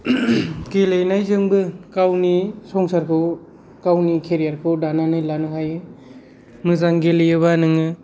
गेलेनायजोंबो गावनि संसारखौ गावनि केरायारखौ दानानै लानो हायो मोजां गेलेयोबा नोङो